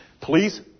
Please